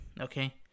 Okay